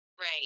Right